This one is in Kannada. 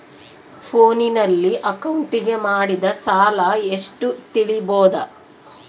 ಫೋನಿನಲ್ಲಿ ಅಕೌಂಟಿಗೆ ಮಾಡಿದ ಸಾಲ ಎಷ್ಟು ತಿಳೇಬೋದ?